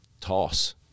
toss